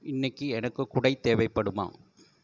இன்னிக்கு எனக்கு குடை தேவைப்படுமா